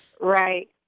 Right